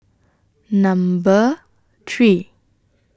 Number three